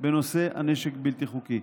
בנושא הנשק הבלתי-חוקי.